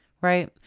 right